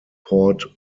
port